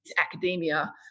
academia